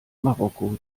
marokko